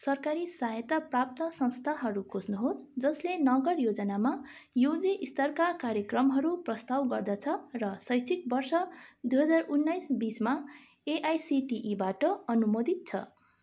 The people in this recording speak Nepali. सरकारी सहायता प्राप्त संस्थाहरू खोज्नुहोस् जसले नगर योजनामा युजी स्तरका कार्यक्रमहरू प्रस्ताव गर्दछ र शैक्षिक वर्ष दुई हजार उन्नाइस बिसमा एआइसिटिई